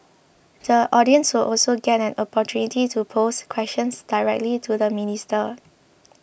the audience will also get an opportunity to pose questions directly to the minister